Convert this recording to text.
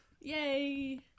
Yay